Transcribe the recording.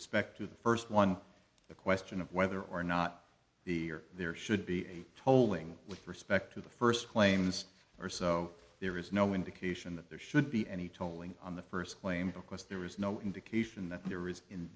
respect to the first one the question of whether or not the or there should be a tolling with respect to the first claims or so there is no indication that there should be any tolling on the first claim because there is no indication that there is in